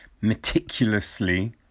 meticulously